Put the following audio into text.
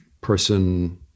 person